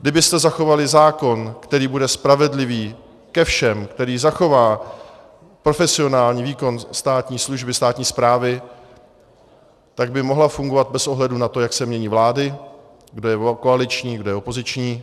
Kdybyste zachovali zákon, který bude spravedlivý ke všem, který zachová profesionální výkon státní služby, státní správy, tak by mohla fungovat bez ohledu na to, jak se mění vlády, kdo je koaliční, kdo je opoziční.